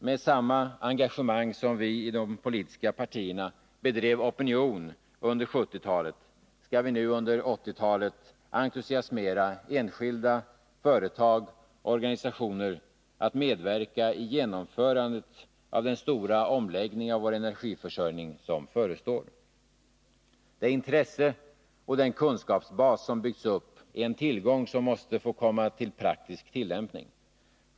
Med samma engagemang som vi i de politiska partierna bedrev opinion under 1970-talet skall vi nu under 1980-talet entusiasmera enskilda, företag och organisationer att medverka i genomförandet av den stora omläggning av vår energiförsörjning som förestår. Det intresse och den kunskapsbas som byggts upp är en tillgång som måste få komma till praktisk tillämpning.